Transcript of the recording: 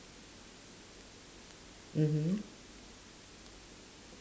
mmhmm